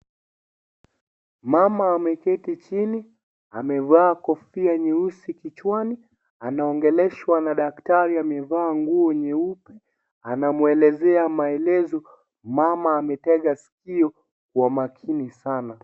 Mama ameketi chini, amevaa kofia nyeusi kichwani, anaongeleshwa na daktari amevaa nguo nyeupe, anamwelezea maelezo, mama ametega sikio kwa umakini sana.